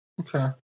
okay